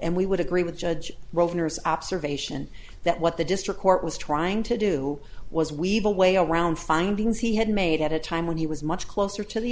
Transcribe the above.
and we would agree with judge roll inners observation that what the district court was trying to do was weave a way around findings he had made at a time when he was much closer to the